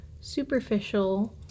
superficial